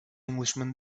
englishman